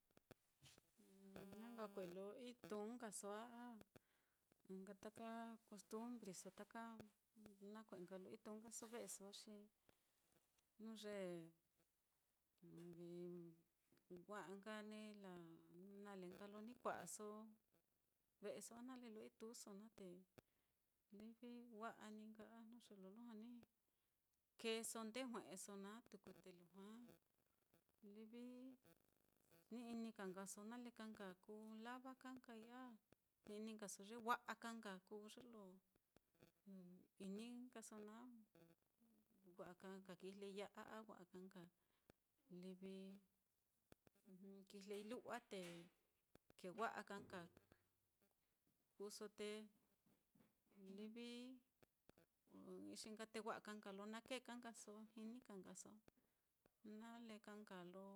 na nka kue'e lo iyuu nkaso á, a ɨ́ɨ́n nka taka costumbreso, taka nakue'e nka lo ituuso ve'eso á xi jnu ye livi wa'a nka ni la na le nka lo ni kua'aso ve'eso, a nale lo ituuso naá, te livi wa'a ní nka a jnu ye lo lujua ni keeso nde jue'eso naá tuku, te lujua livi ni ini ka nkaso nale ka nka kuu lava ka nkai, a ni ini ka nkaso ye wa'a ka nka kuu ye lo ini nkaso naá, wa'a ka nka kijlei ya á a wa'a ka nka livi kijlei lu'wa te kee wa'a ka nka kuuso, te livi ɨ́ɨ́n ixi nka te wa'a ka nka lo na kee ka nkaso jini ka nkaso nale ka nka lo